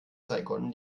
saigon